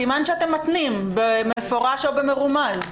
סימן שאתם מתנים במפורש או במרומז.